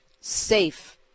safe